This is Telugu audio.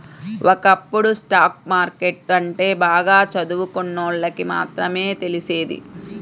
ఒకప్పుడు స్టాక్ మార్కెట్టు అంటే బాగా చదువుకున్నోళ్ళకి మాత్రమే తెలిసేది